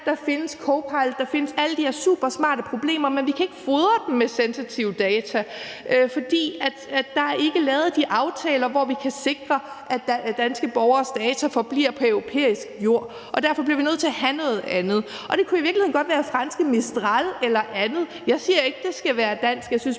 der findes Copilot, og der findes alle de her supersmarte ting, men vi kan ikke fodre den med sensitive data, fordi der ikke er lavet de aftaler, som kan sikre, at danske borgeres data forbliver på europæisk jord. Derfor bliver vi nødt til at have noget andet. Det kunne i virkeligheden godt være franske Mistral eller andet. Jeg siger ikke, at det skal være dansk; jeg synes